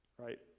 right